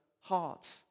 heart